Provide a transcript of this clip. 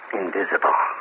invisible